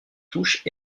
touches